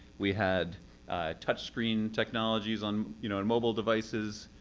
we had touch screen technologies on you know and mobile devices.